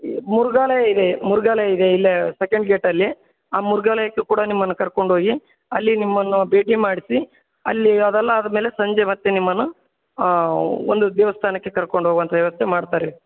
ಈ ಮೃಗಾಲಯ ಇದೆ ಮೃಗಾಲಯ ಇದೆ ಇಲ್ಲೇ ಸೆಕೆಂಡ್ ಗೇಟಲ್ಲಿ ಆ ಮೃಗಾಲಯಕ್ಕೆ ಕೂಡ ನಿಮ್ಮನ್ನು ಕರ್ಕೊಂಡೋಗಿ ಅಲ್ಲಿ ನಿಮ್ಮನ್ನು ಭೇಟಿ ಮಾಡಿಸಿ ಅಲ್ಲಿ ಅದೆಲ್ಲ ಆದ ಮೇಲೆ ಸಂಜೆ ಮತ್ತೆ ನಿಮ್ಮನ್ನು ಒಂದು ದೇವಸ್ಥಾನಕ್ಕೆ ಕರ್ಕೊಂಡು ಹೋಗುವಂಥ ವ್ಯವಸ್ಥೆ ಮಾಡ್ತಾರೆ